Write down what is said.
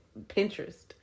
Pinterest